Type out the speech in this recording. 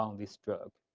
um this drug.